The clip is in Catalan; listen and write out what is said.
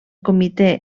comitè